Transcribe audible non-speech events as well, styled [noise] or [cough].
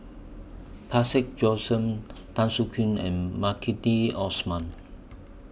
Parsick [unintelligible] Tan Soo Khoon and Maliki Osman